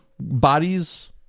bodies